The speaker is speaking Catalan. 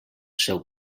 seu